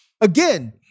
Again